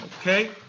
Okay